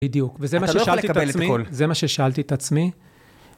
‫בדיוק, וזה מה ששאלתי את עצמי. ‫-אתה לא יכול לקבל את הכול. זה מה ששאלתי את עצמי